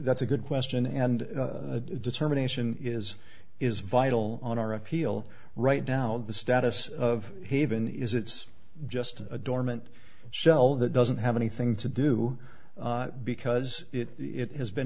that's a good question and determination is is vital on our appeal right now the status of haven is it's just a dormant shell that doesn't have anything to do because it has been